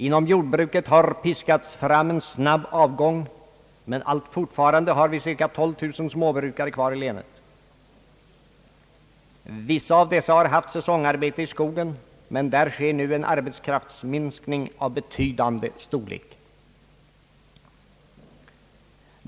Inom jordbruket har en snabb avgång piskats fram, men allt fortfarande har vi cirka 12000 småbrukare kvar i länet. Vissa av dessa har haft säsongarbete i skogen, men där sker nu en arbetskraftsminskning av betydande storlek.